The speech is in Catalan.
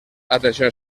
atenció